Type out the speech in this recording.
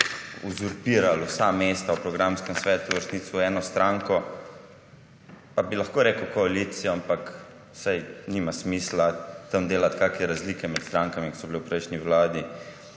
vsa mesta v programske svetu v resnici v eno stranko. Pa bi lahko rekel koalicijo, ampak saj nima smisla tam delati kakšne razlike med strankami, ki so bile v prejšnji vladi.